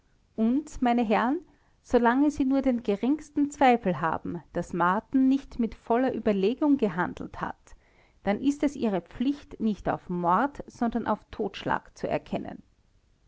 und meine herren solange sie nur den geringsten zweifel haben daß marten nicht mit voller überlegung gehandelt hat dann ist es ihre pflicht nicht auf mord sondern auf totschlag zu erkennen